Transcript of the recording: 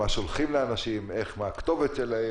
לגבי מה שולחים לאנשים ומהי כתובתם,